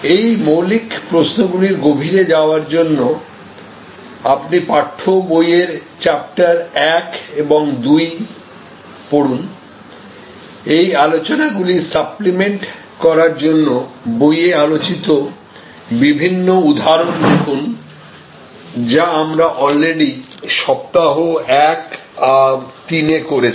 এই মৌলিক প্রশ্নগুলির গভীরে যাবার জন্য আপনি পাঠ্য বইয়ের চ্যাপ্টার 1 ও 2 পড়ুন এই আলোচনা গুলি সাপ্লিমেন্ট করার জন্য বইয়ে আলোচিত বিভিন্ন উদাহরণ দেখুন যা আমরা অলরেডি সপ্তাহ 1 ও 3 এ করেছি